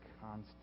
constant